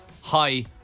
Hi